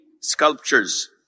sculptures